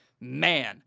man